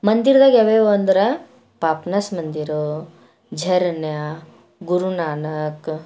ಮಂದಿರದಾಗೆ ಯಾವ್ಯಾವಂದರೆ ಪಾಪನಾಶ ಮಂದಿರ ಜರನ್ಯ ಗುರುನಾನಕ್